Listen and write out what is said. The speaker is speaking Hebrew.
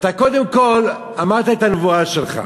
אתה קודם כול אמרת את הנבואה שלך,